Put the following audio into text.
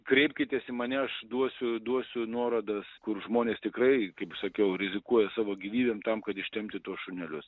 kreipkitės į mane aš duosiu duosiu nuorodas kur žmonės tikrai kaip sakiau rizikuoja savo gyvybėm tam kad ištempti tuos šunelius